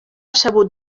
sabut